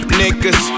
niggas